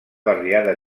barriada